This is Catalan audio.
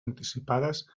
anticipades